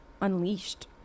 unleashed